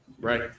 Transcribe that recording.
Right